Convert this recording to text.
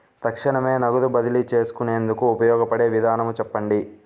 తక్షణమే నగదు బదిలీ చేసుకునేందుకు ఉపయోగపడే విధానము చెప్పండి?